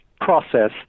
process